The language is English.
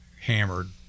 hammered